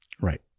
Right